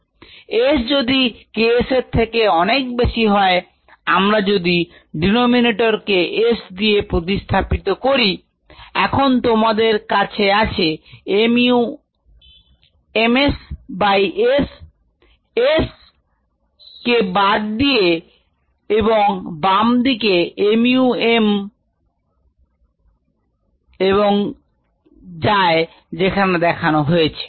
s যদি K s এর থেকে অনেক বেশি হয় আমরা যদি denominator কে s দিয়ে প্রতিস্থাপিত করি এখন তোমাদের আছে mu m s by S S S K বাদ দিলে এবং বামদিকে mu m এবং যায় সেখানে দেখানো হয়েছে